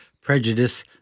prejudice